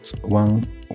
one